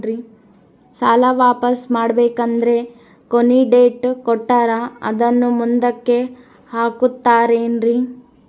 ಸಾಲ ವಾಪಾಸ್ಸು ಮಾಡಬೇಕಂದರೆ ಕೊನಿ ಡೇಟ್ ಕೊಟ್ಟಾರ ಅದನ್ನು ಮುಂದುಕ್ಕ ಹಾಕುತ್ತಾರೇನ್ರಿ?